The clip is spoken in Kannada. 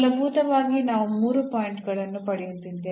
ಮೂಲಭೂತವಾಗಿ ನಾವು ಮೂರು ಪಾಯಿಂಟ್ ಗಳನ್ನು ಪಡೆಯುತ್ತಿದ್ದೇವೆ